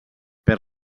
per